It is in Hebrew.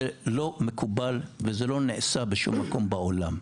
לא מקובל וזה לא נעשה בשום מקום בעולם.